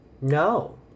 No